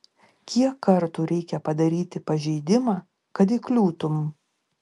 kiek kartų reikia padaryti pažeidimą kad įkliūtum